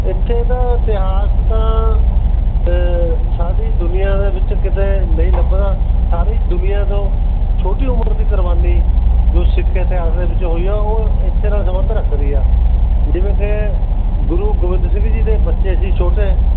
ਇੱਥੇ ਦਾ ਇਤਿਹਾਸ ਤਾਂ ਸਾਰੀ ਦੁਨੀਆਂ ਦੇ ਵਿੱਚ ਕਿਤੇ ਨਹੀਂ ਲੱਭਣਾ ਸਾਰੀ ਦੁਨੀਆਂ ਤੋਂ ਛੋਟੀ ਉਮਰ ਦੀ ਕੁਰਬਾਨੀ ਜੋ ਸਿੱਖ ਇਤਿਹਾਸ ਦੇ ਵਿੱਚ ਹੋਈ ਆ ਉਹ ਇੱਥੇ ਨਾਲ ਸੰਬੰਧ ਰੱਖਦੀ ਆ ਜਿਵੇਂ ਕਿ ਗੁਰੂ ਗੋਬਿੰਦ ਸਿੰਘ ਜੀ ਦੇ ਬੱਚੇ ਸੀ ਛੋਟੇ